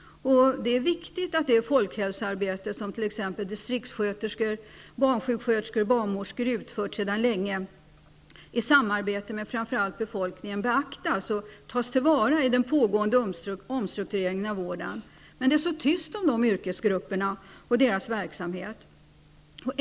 Det är viktigt att det folkhälsoarbete som t.ex. distriktssköterskor, barnsjuksköterskor eller barnmorskor utfört sedan länge, i samarbete med framför allt befolkningen, beaktas och tas till vara i den pågående omstruktureringen av vården. Men det är så tyst om de yrkesgrupperna och deras verksamhet.